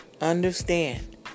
Understand